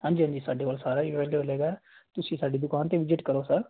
ਹਾਂਜੀ ਹਾਂਜੀ ਸਾਡੇ ਕੋਲ ਸਾਰਾ ਹੀ ਅਵੇਲੇਵਲ ਹੈਗਾ ਤੁਸੀਂ ਸਾਡੀ ਦੁਕਾਨ 'ਤੇ ਵਿਜਿਟ ਕਰੋ ਸਰ